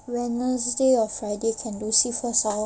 wednesday or friday can see first uh